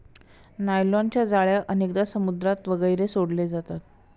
नायलॉनच्या जाळ्या अनेकदा समुद्रात वगैरे सोडले जातात